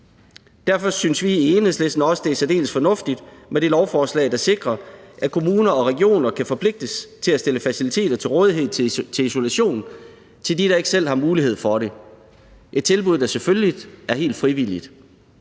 Derfor synes vi i Enhedslisten også, at det er særdeles fornuftigt med det lovforslag, der sikrer, at kommuner og regioner kan forpligtes til at stille faciliteter til rådighed til isolation for dem, som ikke selv har mulighed for det – et tilbud, der selvfølgelig er helt frivilligt.